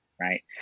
right